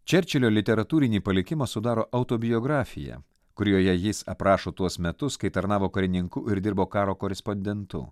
čerčilio literatūrinį palikimą sudaro autobiografija kurioje jis aprašo tuos metus kai tarnavo karininku ir dirbo karo korespondentu